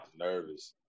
Nervous